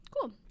cool